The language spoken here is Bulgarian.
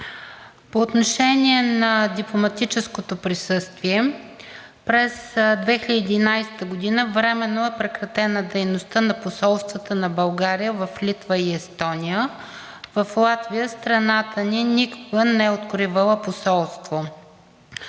По отношение на дипломатическото присъствие – през 2011 г. временно е прекратена дейността на посолствата на България в Литва и Естония. В Латвия страната ни никога не е откривала посолство.